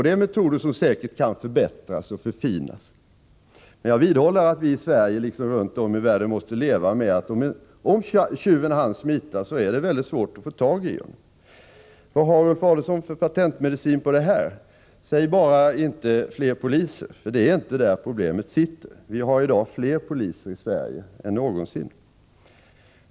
Dessa metoder kan säkert förbättras och förfinas, men jag vidhåller att vi i Sverige liksom runt om i världen måste leva med det faktum att om tjuven hunnit smita är det väldigt svårt att få tag i honom. Vad har Ulf Adelsohn för patentmedicin mot detta? Säg bara inte fler poliser, för det är inte där problemet sitter. Vi har i dag fler poliser i Sverige än någonsin.